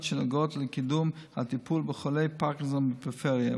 שנוגעות לקידום הטיפול בחולי פרקינסון בפריפריה,